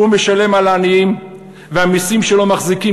הוא משלם על העניים והמסים שלו מחזיקים